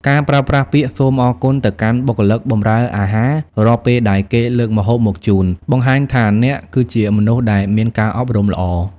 ការប្រើប្រាស់ពាក្យ "សូមអរគុណ" ទៅកាន់បុគ្គលិកបម្រើអាហាររាល់ពេលដែលគេលើកម្ហូបមកជូន បង្ហាញថាអ្នកគឺជាមនុស្សដែលមានការអប់រំល្អ។